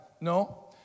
No